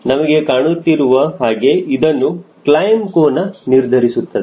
ನಮಗೆ ಕಾಣುತ್ತಿರುವ ಹಾಗೆ ಇದನ್ನು ಕ್ಲೈಮ್ ಕೋನ ನಿರ್ಧರಿಸುತ್ತದೆ